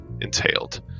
entailed